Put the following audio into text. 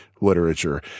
literature